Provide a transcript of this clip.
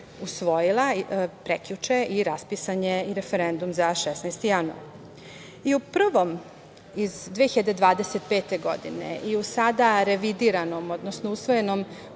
usvojila prekjuče i raspisan je i referendum za 16. januar.U prvom iz 2025. godine i u sada revidiranom odnosno usvojenom